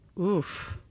Oof